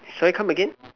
should I come again